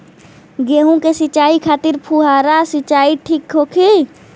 गेहूँ के सिंचाई खातिर फुहारा सिंचाई ठीक होखि?